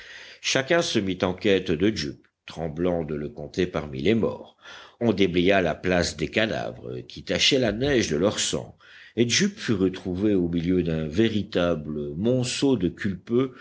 chacun se mit en quête de jup tremblant de le compter parmi les morts on déblaya la place des cadavres qui tachaient la neige de leur sang et jup fut retrouvé au milieu d'un véritable monceau de culpeux